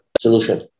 solution